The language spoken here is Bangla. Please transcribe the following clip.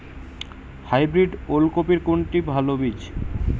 হাইব্রিড ওল কপির কোনটি ভালো বীজ?